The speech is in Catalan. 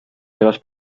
seves